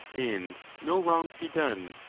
and no wrong be done.